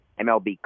MLB